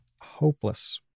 Hopeless